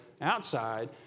outside